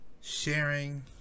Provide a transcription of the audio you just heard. sharing